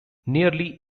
nearly